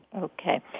Okay